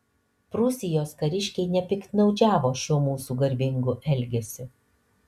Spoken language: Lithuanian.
prūsijos kariškiai nepiktnaudžiavo šiuo mūsų garbingu elgesiu